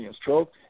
stroke